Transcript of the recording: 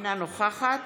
אינה נוכחת